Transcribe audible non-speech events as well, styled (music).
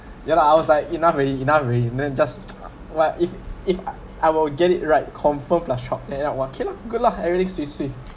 (breath) ya lah I was like enough already enough already and then just (noise) what if if I I will get it right confirm plus chop then I okay lah good lah everything swee swee